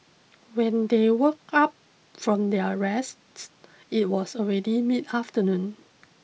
when they woke up from their rests it was already mid afternoon